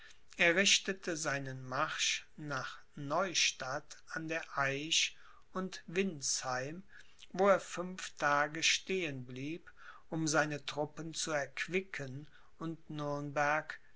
er richtete seinen marsch nach neustadt an der aisch und windsheim wo er fünf tage stehen blieb um seine truppen zu erquicken und nürnberg